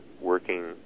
working